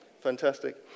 Fantastic